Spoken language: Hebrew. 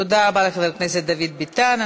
תודה רבה לחבר הכנסת דוד ביטן.